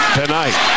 tonight